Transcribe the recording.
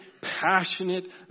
passionate